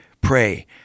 pray